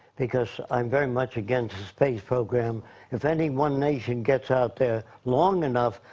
because i'm very much against the space program if any one nation gets out there long enough,